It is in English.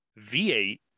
V8